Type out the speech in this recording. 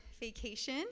vacation